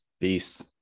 peace